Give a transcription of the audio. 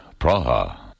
Praha